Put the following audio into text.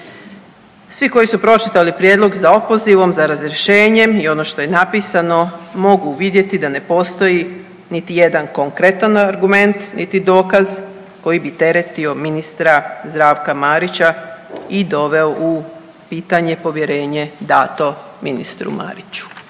Svi koji su pročitali prijedlog za opozivom, za razrješenjem i ono što je napisano mogu vidjeti da ne postoji niti jedan konkretan dokument niti dokaz koji bi teretio ministara Zdravka Marića i doveo u pitanje povjerenje dato ministru Mariću.